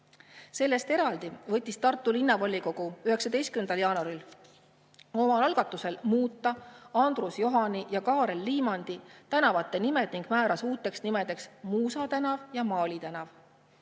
Sellest eraldi võttis Tartu Linnavolikogu 19. jaanuaril omal algatusel vastu otsuse muuta Andrus Johani ja Kaarel Liimandi tänava nimi ning määras uuteks nimedeks Muusa tänav ja Maali tänav.